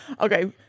Okay